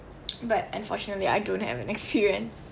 but unfortunately I don't have an experience